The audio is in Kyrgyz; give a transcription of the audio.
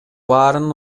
баарын